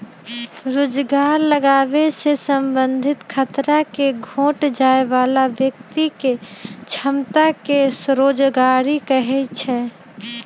रोजगार लागाबे से संबंधित खतरा के घोट जाय बला व्यक्ति के क्षमता के स्वरोजगारी कहै छइ